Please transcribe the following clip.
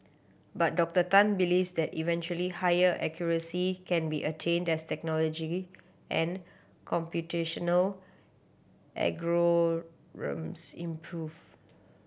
but Doctor Tan believes that eventually higher accuracy can be attained as technology and computational algorithms improve